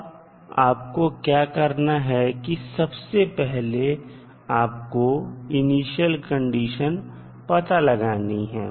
अब आपको क्या करना है कि सबसे पहले आपको इनिशियल कंडीशन पता लगानी है